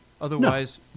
Otherwise